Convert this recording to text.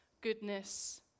goodness